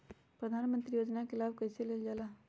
प्रधानमंत्री योजना कि लाभ कइसे लेलजाला?